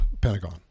Pentagon